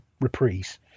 reprise